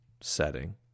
setting